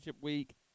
week